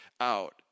out